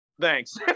Thanks